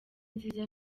nziza